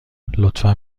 لطفا